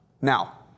Now